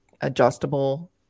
adjustable